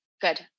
good